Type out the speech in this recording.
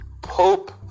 pope